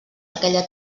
aquella